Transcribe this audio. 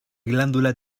glándula